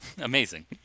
Amazing